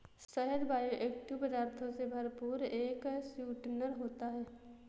शहद बायोएक्टिव पदार्थों से भरपूर एक स्वीटनर होता है